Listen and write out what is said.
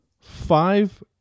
Five